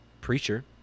preacher